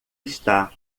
está